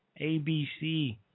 ABC